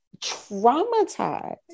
Traumatized